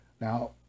Now